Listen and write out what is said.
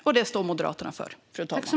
Det är vad Moderaterna står för, fru talman.